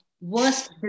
Worst